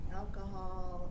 alcohol